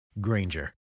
Granger